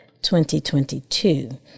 2022